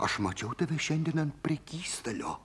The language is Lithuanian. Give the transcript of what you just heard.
aš mačiau tave šiandien ant prekystalio